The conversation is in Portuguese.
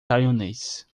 taiwanês